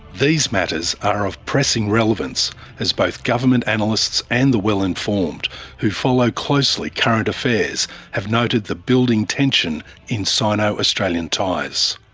these matters are of pressing relevance as both government analysts and the well-informed who follow closely current affairs have noted the building tension in sino-australian ties.